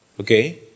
Okay